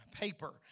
paper